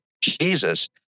jesus